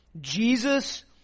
Jesus